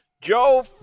Joe